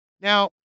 Now